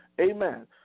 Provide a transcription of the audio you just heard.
Amen